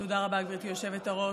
תודה רבה, גברתי היושבת-ראש.